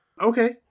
Okay